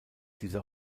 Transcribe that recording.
dieser